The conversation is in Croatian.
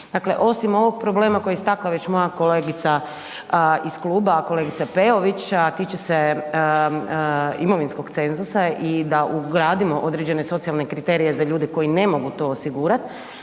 osim ovog problema koji je istakla već moja kolegice iz kluba, kolegice Peović, a tiče se imovinskog cenzusa i da ugradimo određene socijalne kriterije za ljude koji ne mogu to osigurati,